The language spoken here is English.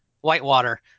Whitewater